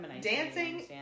dancing